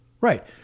Right